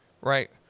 right